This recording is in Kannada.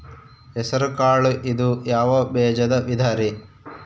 ಹೆಸರುಕಾಳು ಇದು ಯಾವ ಬೇಜದ ವಿಧರಿ?